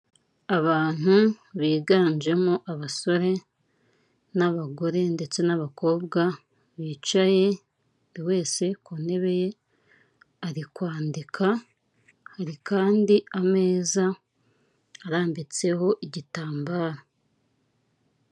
Abantu biganjemo abasore n'abagore ndetse n'abakobwa bicaye, buri wese ku ntebe ye ari kwandika hari kandi ameza arambitseho igitambaro.